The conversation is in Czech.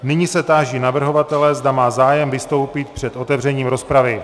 Nyní se táži navrhovatele, zda má zájem vystoupit před otevřením rozpravy.